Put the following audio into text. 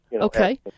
Okay